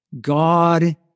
god